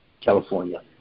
California